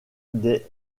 des